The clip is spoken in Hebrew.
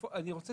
אני רוצה